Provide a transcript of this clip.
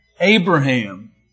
Abraham